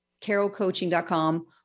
carolcoaching.com